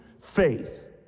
Faith